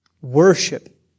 worship